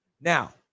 Now